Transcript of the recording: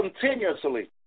continuously